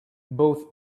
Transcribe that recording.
both